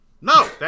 No